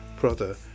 brother